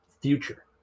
future